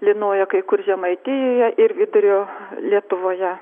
lynojo kai kur žemaitijoje ir vidurio lietuvoje